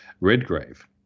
Redgrave